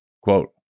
Quote